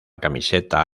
camiseta